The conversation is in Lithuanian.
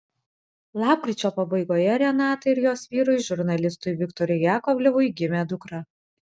lapkričio pabaigoje renatai ir jos vyrui žurnalistui viktorui jakovlevui gimė dukra